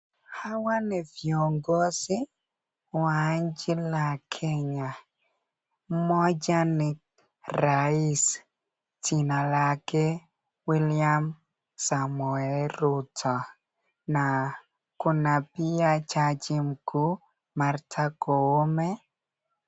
Hawa ni viongozi wa nchi la kenya moja ni rais, jina lake William samoe Ruto na kuna pia jaji mkuu Maritha Koome.